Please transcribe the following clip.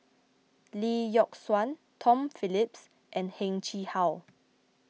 Lee Yock Suan Tom Phillips and Heng Chee How